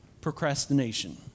procrastination